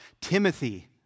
Timothy